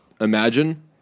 imagine